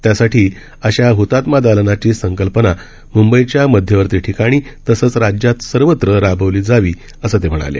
त्यासाठी अशा हतात्मा दालनाची संकल्पना म्बईच्या मध्यवर्ती ठिकाणी तसंच राज्यात सर्वत्र राबवली जावी असं ते म्हणाले